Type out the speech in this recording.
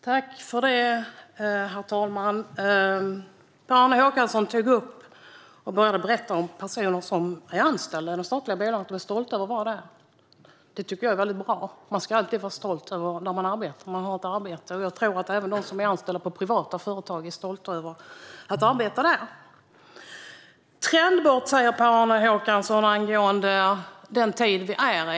Herr talman! Per-Arne Håkansson berättade att personer som är anställda i de statliga bolagen är stolta över att vara det. Det tycker jag är väldigt bra. Man ska alltid vara stolt över sin arbetsplats och över att man har ett arbete, och jag tror att även de som är anställda på privata företag är stolta över att arbeta där. Ett trendbrott, säger Per-Arne Håkansson, angående den tid vi är i.